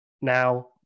now